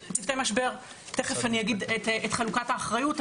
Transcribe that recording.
תיכף אני אגיד את חלוקת האחריות,